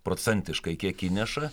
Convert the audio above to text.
procentiškai kiek įneša